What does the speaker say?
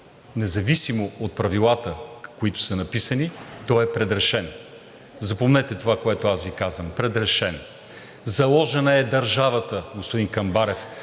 независимо от Правилата, които са написани, той е предрешен. Запомнете това, което аз Ви казвам, предрешен е. Заложена е държавата, господин Камбарев,